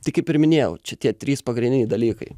tai kaip ir minėjau čia tie trys pagrindiniai dalykai